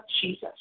Jesus